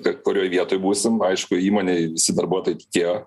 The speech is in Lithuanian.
kad kurioj vietoj būsim aišku įmonėj visi darbuotojai tikėjo